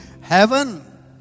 heaven